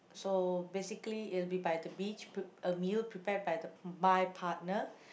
so basically it'll be by the beach p~ a meal prepared by the my partner